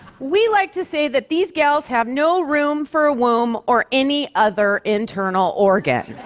we like to say that these gals have no room for a womb or any other internal organ.